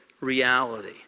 reality